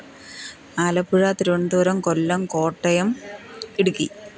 Alappuzha Thiruvananthapuram Kollam Kottayam Idukki